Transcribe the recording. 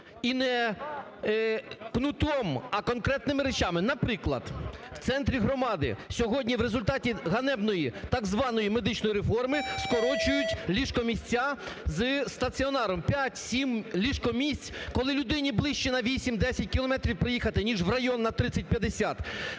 і не кнутом, а конкретними речами. Наприклад, в центрі громади сьогодні в результаті ганебної так званої медичної реформи скорочують ліжко-місця з стаціонаром 5-7 ліжко-місць, коли людині ближчі на 8-10 кілометрів приїхати, ніж в район – на 30-50. Потрібно